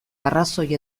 arrazoi